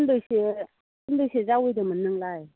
फिनबैसे फिनबैसे जावैदोंमोनलाय